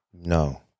No